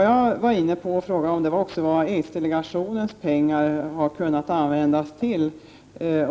Jag frågade också vad aidsdelegationens pengar har kunnat användas till.